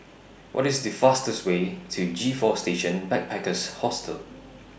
What IS The fastest Way to G four Station Backpackers Hostel